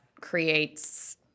creates